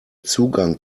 zugang